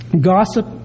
Gossip